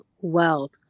wealth